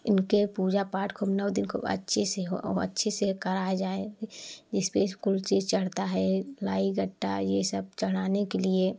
उनके पूजा पाठ को नौ दिन खूब अच्छे से हो और अच्छे से कराया जाए इसपे कोई चीज़ चढ़ता है लाई गट्टा ये सब चढ़ाने के लिए